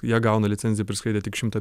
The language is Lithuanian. jie gauna licenciją praskraidę tik šimtą